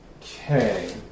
Okay